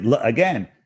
again